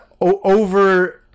over